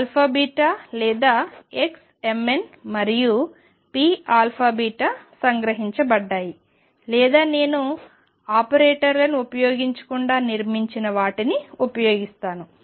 xαβ లేదా xmn మరియు pαβ సంగ్రహించబడ్డాయి లేదా నేను ఆపరేటర్లను ఉపయోగించకుండా నిర్మించిన వాటిని ఉపయోగిస్తాను